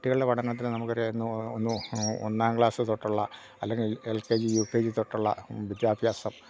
കുട്ടികളുടെ പഠനത്തിന് നമുക്ക് ഒന്ന് ഒന്നാം ക്ലാസ് തൊട്ടുള്ള അല്ലെങ്കിൽ L K G U K G തൊട്ടുള്ള വിദ്യാഭ്യാസം